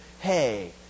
hey